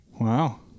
Wow